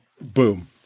Boom